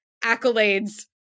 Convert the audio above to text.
accolades